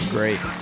great